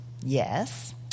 Yes